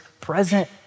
present